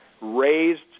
raised